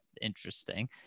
interesting